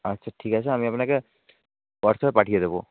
আচ্ছা ঠিক আছে আমি আপনাকে হোয়াটসঅ্যাপে পাঠিয়ে দেবো